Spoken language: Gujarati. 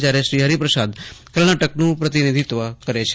જયારે હરિપ્રસાદ કર્ણાટકનું પ્રતિનિષિત્વ કરે છે